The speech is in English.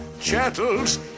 chattels